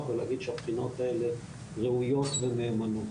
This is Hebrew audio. ולהגיד שהבחינות האלה ראויות ונאמנות,